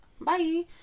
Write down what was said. Bye